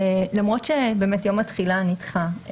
למרות שבאמת יום התחילה נדחה,